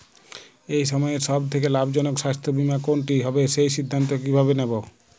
এই সময়ের সব থেকে লাভজনক স্বাস্থ্য বীমা কোনটি হবে সেই সিদ্ধান্ত কীভাবে নেব?